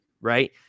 right